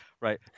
right